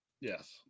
Yes